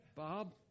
Bob